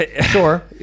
Sure